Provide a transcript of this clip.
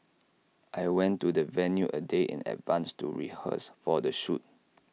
I went to the venue A day in advance to rehearse for the shoot